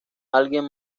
alguien